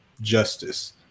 justice